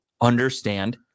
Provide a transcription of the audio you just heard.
understand